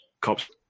cops